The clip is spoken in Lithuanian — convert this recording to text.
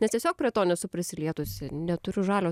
nes tiesiog prie to nesu prisilietusi neturiu žalio